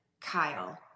Kyle